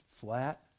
flat